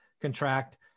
contract